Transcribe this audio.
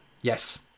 Yes